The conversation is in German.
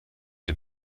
den